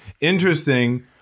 Interesting